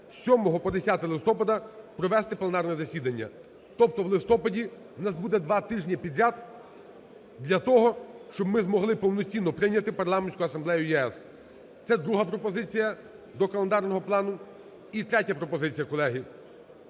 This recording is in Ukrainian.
з 7 по 10 листопада провести пленарне засідання, тобто у листопаді в нас буде два тижні підряд для того, щоб ми змогли повноцінно прийняти Парламентську асамблею ЄС. Це друга пропозиція до календарного плану. І третя пропозиція. Колеги,